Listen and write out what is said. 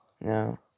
no